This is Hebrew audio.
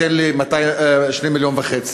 תן לי 2 מיליון וחצי.